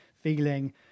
feeling